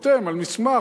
חותם על מסמך,